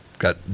Got